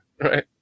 Right